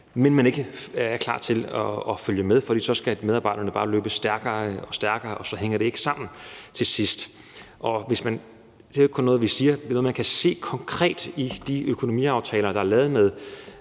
men at man ikke er klar til at følge med, for så skal medarbejderne bare løbe stærkere og stærkere, og så hænger det ikke sammen til sidst. Det er ikke kun noget, vi siger, for det er noget, man kan se konkret i de økonomiaftaler, der er lavet med